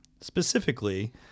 specifically